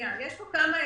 פה כמה אלמנטים.